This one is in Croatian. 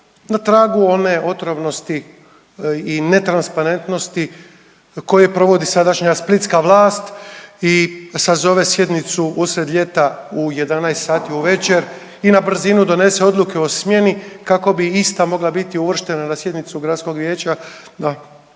na tragu one otrovnosti i netransparentnosti koja provodi sadašnja splitska vlast i sazove sjednicu usred ljeta u 11 sati uvečer i na brzinu donese odluke o smjeni kako bi ista mogla biti uvrštena na sjednicu gradskog vijeća